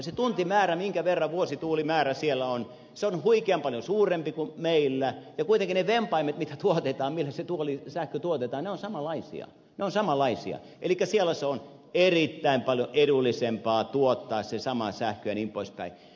se tuntimäärä minkä verran vuosituulimäärä siellä on on huikean paljon suurempi kuin meillä ja kuitenkin ne vempaimet joilla se sähkö tuotetaan ovat samanlaisia elikkä siellä on erittäin paljon edullisempaa tuottaa se sama sähkö jnp